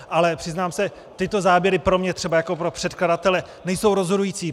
Ale přiznám se, tyto záběry pro mě třeba jako pro předkladatele nejsou rozhodující.